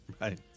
Right